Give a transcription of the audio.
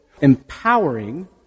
empowering